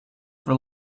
for